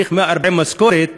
צריך 140 משכורות.